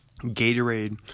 Gatorade